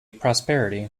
prosperity